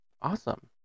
Awesome